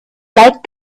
like